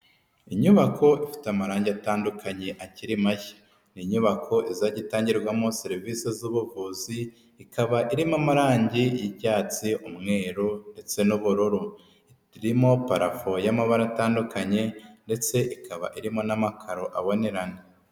Inyubako ifite amarangi atandukanye akiri mashya. Ni inyubako izajya itangirwamo serivisi z'ubuvuzi, ikaba irimo amarangi y'icyatsi, umweru ndetse n'ubururu. Irimo parafo y'amabara atandukanye ndetse ikaba irimo n'amakaro abonerana.